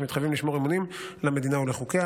שמתחייבים לשמור אמונים למדינה ולחוקיה.